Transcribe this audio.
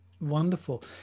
Wonderful